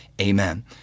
amen